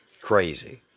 crazy